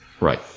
Right